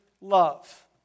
love